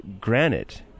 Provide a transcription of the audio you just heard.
granite